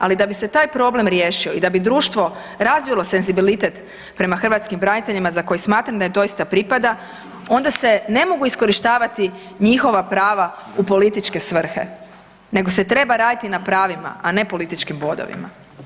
Ali da bi se taj problem riješio i da bi društvo razvilo senzibilitet prema hrvatskim braniteljima za koji smatram da im doista pripada onda se ne mogu iskorištavati njihova prava u političke svrhe nego se treba raditi na pravima, a ne političkim bodovima.